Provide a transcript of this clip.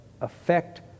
affect